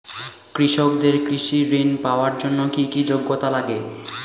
কৃষকদের কৃষি ঋণ পাওয়ার জন্য কী কী যোগ্যতা লাগে?